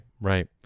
right